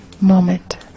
moment